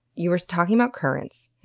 you were talking about currents.